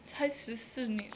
才十四年